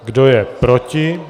Kdo je proti?